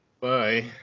bye